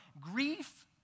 Grief